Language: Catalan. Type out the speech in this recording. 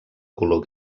color